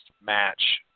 match